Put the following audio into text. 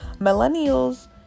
millennials